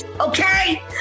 okay